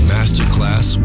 Masterclass